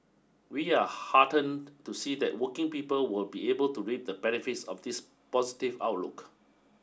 we are heartened to see that working people will be able to reap the benefits of this positive outlook